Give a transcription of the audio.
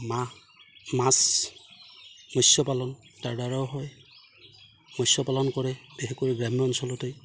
মাহ মাছ মৎস্য পালন তাৰ দ্বাৰাও হয় মৎস্য পালন কৰে বিশেষকৈ গ্ৰাম্য অঞ্চলতেই